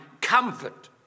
comfort